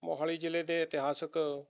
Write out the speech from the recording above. ਮੋਹਾਲੀ ਜ਼ਿਲ੍ਹੇ ਦੇ ਇਤਿਹਾਸਿਕ